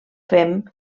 fem